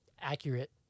accurate